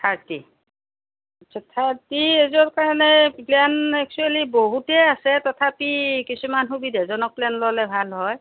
thirty আচ্ছা thirty এজৰ কাৰণে প্লেন একচোৱেলি বহুতেই আছে তথাপি কিছুমান সুবিধাজনক প্লেন ল'লে ভাল হয়